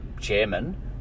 chairman